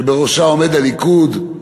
שבראשה עומד הליכוד.